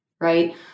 right